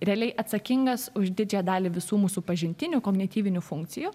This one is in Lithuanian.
realiai atsakingas už didžiąją dalį visų mūsų pažintinių kognityvinių funkcijų